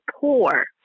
poor